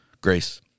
Grace